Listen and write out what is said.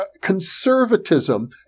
conservatism